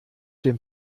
dem